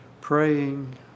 praying